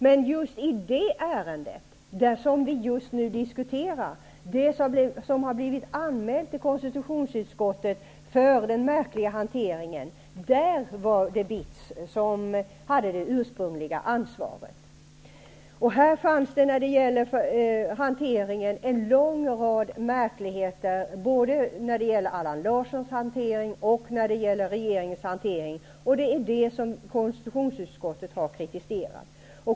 Men just i det ärende som vi just nu diskuterar och som har anmälts till konstitutionsutskottet på grund av den märkliga hanteringen var det BITS som hade det ursprungliga ansvaret. Här konstateras när det gäller hanteringen en lång rad märkligheter. Det gäller då både Allan Larsson och den dåvarande regeringen. Det är den hanteringen som konstitutionsutskottet har kritiserat.